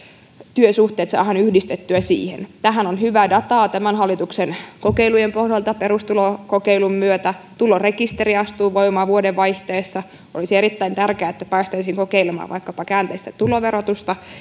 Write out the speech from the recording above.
työsuhteet saadaan yhdistettyä siihen tähän on hyvää dataa tämän hallituksen kokeilujen pohjalta perustulokokeilun myötä tulorekisteri astuu voimaan vuodenvaihteessa olisi erittäin tärkeää että päästäisiin kokeilemaan vaikkapa käänteistä tuloverotusta